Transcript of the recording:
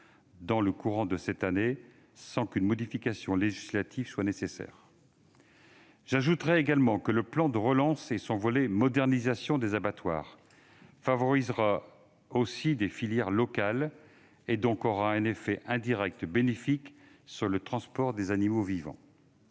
dans le courant de 2021, sans qu'une modification législative soit nécessaire. J'ajoute que le plan de relance et son volet relatif à la modernisation des abattoirs favoriseront aussi des filières locales et auront donc un effet indirect bénéfique sur le transport des animaux vivants.